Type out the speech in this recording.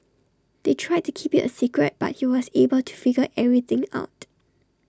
they tried to keep IT A secret but he was able to figure everything out